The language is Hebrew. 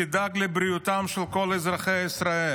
דאג לבריאותם של כל אזרחי ישראל.